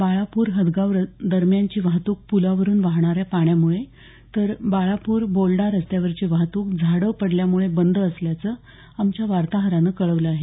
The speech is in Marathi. बाळापूर हदगाव दरम्यानची वाहतूक पुलावरून वाहणाऱ्या पाण्यामुळे तर बाळापूर बोल्डा रस्त्यावरची वाहतूक झाडं पडल्यामुळे बंद असल्याचं आमच्या वार्ताहरानं कळवलं आहे